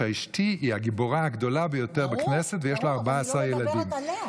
שאשתי היא הגיבורה הגדולה ביותר בכנסת ויש לה 14 ילדים.